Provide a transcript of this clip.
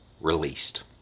released